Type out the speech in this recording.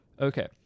Okay